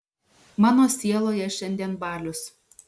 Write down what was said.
mano sieloje šiandien balius